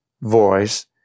voice